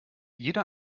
jeder